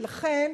ולכן,